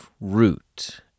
root